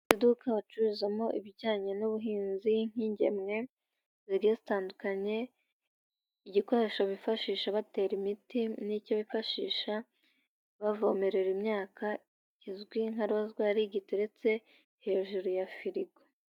Iduka bacururizamo ibijyanye n'ubuhinzi nk'ingemwe zigiye zitandukanye, igikoresho bifashisha batera imiti, n'icyo bifashisha bavomerera imyaka, kizwi nka rozwari giteretse hejuru ya firigo.